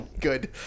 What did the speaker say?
good